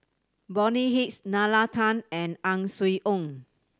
Bonny Hicks Nalla Tan and Ang Swee Aun